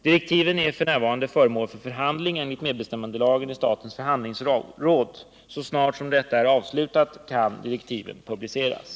Direktiven är f. n. föremål för förhandling enligt medbestämmandelagen i statens förhandlingsråd. Så snart som detta är avslutat kan direktiven publiceras.